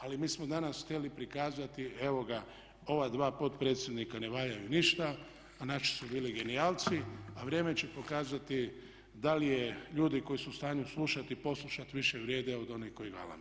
Ali mi smo danas htjeli prikazati evo ga ova dva potpredsjednika ne valjaju ništa, a naši su bili genijalci, a vrijeme će pokazati da li je su ljudi koji su u stanju slušati i poslušati više vrijede od onih koji galame?